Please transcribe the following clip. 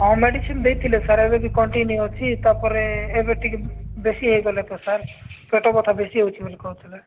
ହଁ ମେଡିସିନ୍ ଦେଇଥିଲେ ସାର୍ ଏବେ ବି କଣ୍ଟିନ୍ୟୁ ଅଛି ତାପରେ ଏବେ ଟିକେ ବେଶୀ ହୋଇଗଲେ ତ ସାର୍ ପେଟବ୍ୟଥା ବେଶା ହେଉଛି ବୋଲି କହୁଥିଲେ